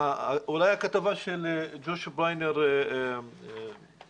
אולי הכתבה של ג'וש בריינר הבליטה